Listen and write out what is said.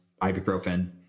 ibuprofen